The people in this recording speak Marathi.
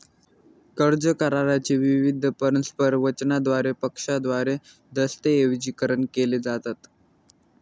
कर्ज करारा चे विविध परस्पर वचनांद्वारे पक्षांद्वारे दस्तऐवजीकरण केले जातात